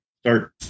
start